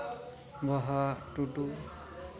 ᱵᱟᱦᱟ ᱴᱩᱰᱩ